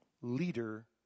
leader